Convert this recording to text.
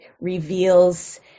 reveals